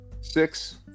six